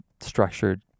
structured